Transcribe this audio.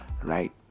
right